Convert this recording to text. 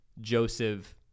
Joseph